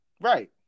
Right